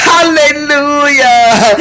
Hallelujah